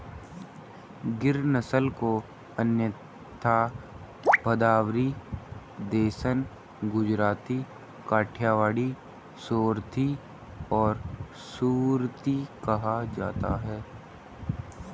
गिर नस्ल को अन्यथा भदावरी, देसन, गुजराती, काठियावाड़ी, सोरथी और सुरती कहा जाता है